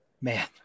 Man